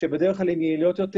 שבדרך כלל הן יעילות יותר.